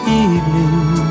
evening